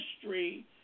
history